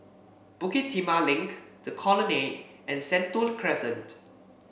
Bukit Timah Link The Colonnade and Sentul Crescent